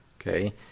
Okay